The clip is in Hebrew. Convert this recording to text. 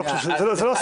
זה לא הסיפור.